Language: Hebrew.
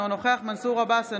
אינו נוכח מנסור עבאס,